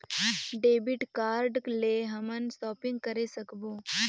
Debit card ले हमन shopping करे सकबो?